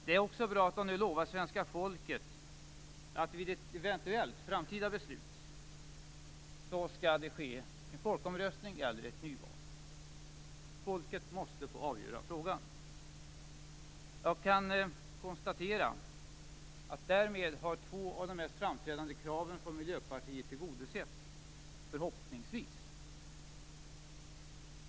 Det är också bra att man nu lovar svenska folket att det vid ett eventuellt framtida beslut skall ske en folkomröstning eller ett nyval. Folket måste få avgöra frågan. Jag kan konstatera att därmed har två av de mest framträdande kraven från Miljöpartiet förhoppningsvis tillgodosetts.